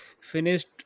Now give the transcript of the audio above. finished